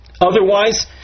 Otherwise